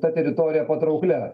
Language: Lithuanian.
tą teritoriją patrauklia